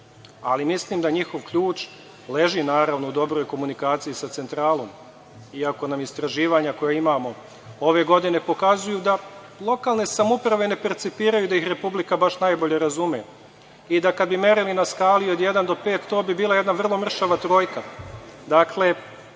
ali mislim da njihov ključ leži u dobroj komunikaciji sa centralom, iako nam istraživanja koja imamo ove godine pokazuju da lokalne samouprave ne percipiraju da ih Republika baš najbolje razume i da kad bi merili na skali od jedan od pet, to bi bila jedna vrlo mršava trojka. Dakle,